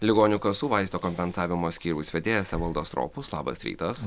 ligonių kasų vaisto kompensavimo skyriaus vedėjas evaldas stropus labas rytas